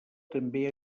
també